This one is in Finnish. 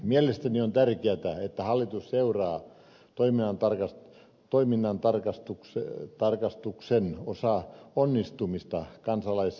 mielestäni on tärkeätä että hallitus seuraa toiminnantarkastuksen onnistumista kansalaisjärjestöissä